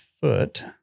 foot